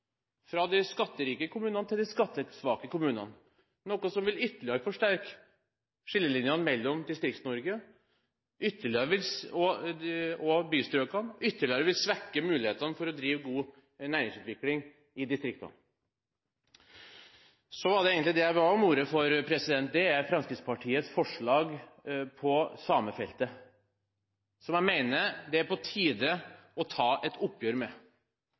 fra de skatterike kommunene til de skattesvake kommunene, noe som ytterligere vil forsterke skillelinjene mellom Distrikts-Norge og bystrøkene, og ytterligere vil svekke mulighetene for å drive god næringsutvikling i distriktene. Det jeg egentlig ba om ordet for, er Fremskrittspartiets forslag på samefeltet, som jeg mener det er på tide å ta et oppgjør med.